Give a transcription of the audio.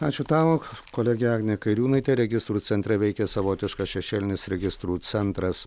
ačiū tau kolegė agnė kairiūnaitė registrų centre veikė savotiškas šešėlinis registrų centras